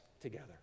together